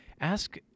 Ask